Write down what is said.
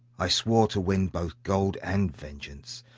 i swore to win both gold and vengeance.